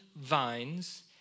vines